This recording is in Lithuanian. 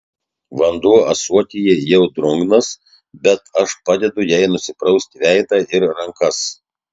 vanduo ąsotyje jau drungnas bet aš padedu jai nusiprausti veidą ir rankas